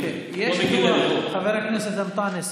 חבר הכנסת אנטאנס,